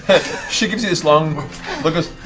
she gives you this long look.